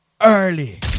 early